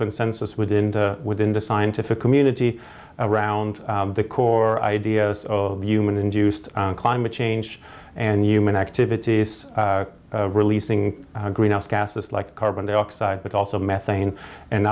consensus within the within the scientific community around the core ideas of human induced climate change and human activities releasing greenhouse gases like carbon dioxide but also methane and